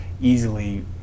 easily